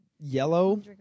yellow